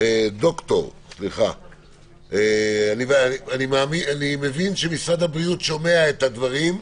אני מבין שמשרד הבריאות שומע את הדברים.